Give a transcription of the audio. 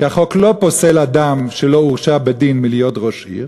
כי החוק לא פוסל אדם שלא הורשע בדין מלהיות ראש עיר.